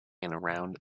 around